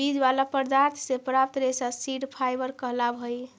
बीज वाला पदार्थ से प्राप्त रेशा सीड फाइबर कहलावऽ हई